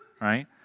right